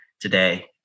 today